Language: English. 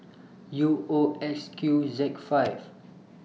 U O X Q Z five